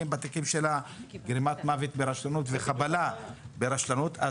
בתיקים של גרימת מוות ורשלנות וחבלה ברשלנות,